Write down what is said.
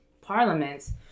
parliaments